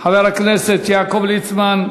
חבר הכנסת יעקב ליצמן,